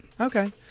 okay